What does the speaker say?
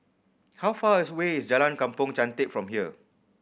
how far away is Jalan Kampong Chantek from here